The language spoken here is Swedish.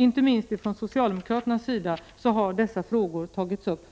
Inte minst socialdemokraterna har tagit upp dessa frågor